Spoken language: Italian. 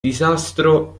disastro